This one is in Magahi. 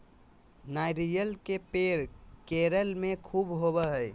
नारियल के पेड़ केरल में ख़ूब होवो हय